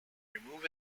remove